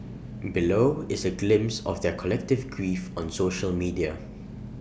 below is A glimpse of their collective grief on social media